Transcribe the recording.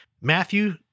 Matthew